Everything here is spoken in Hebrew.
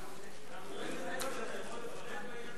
אתה יכול לפרט בעניין הזה?